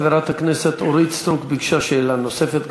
חברת הכנסת אורית סטרוק ביקשה שאלה נוספת,